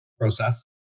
process